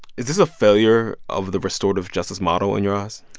is this a failure of the restorative justice model in your eyes?